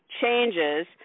changes